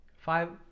five